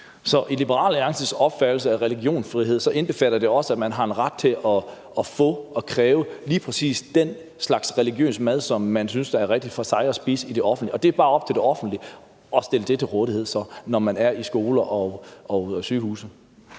Så Liberal Alliances opfattelse af religionsfrihed indbefatter også, at man har en ret til at få og kræve lige præcis den slags religiøs mad i det offentlige, som man synes er rigtig for en at spise, og at det bare er op til det offentlige at stille det til rådighed i skoler og på sygehuse?